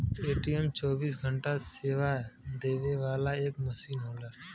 ATM चौबीस घंटा सेवा देवे वाला एक मसीन होला